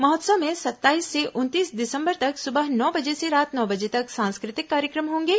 महोत्सव में सत्ताईस से उनतीस दिसंबर तक सुबह नो बजे से रात नौ बजे तक सांस्कृतिक कार्यक्रम होंगे